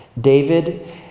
David